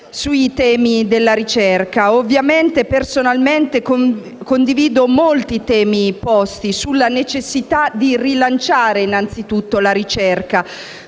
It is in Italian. sui temi della ricerca. Personalmente condivido molti dei temi posti sulla necessità di rilanciare innanzi tutto la ricerca,